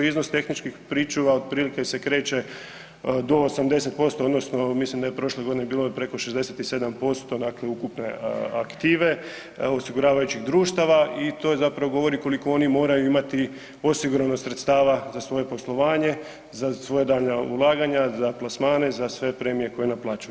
Iznos tehničkih pričuva otprilike se kreće do 80% odnosno mislim da je prošle godine bilo preko 67% dakle ukupne aktive osiguravajućih društava i to zapravo govori koliko oni moraju imati osigurano sredstava za svoje poslovanje, za svoja daljnja ulaganja, za plasmane, za sve premije koje naplaćuju.